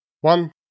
one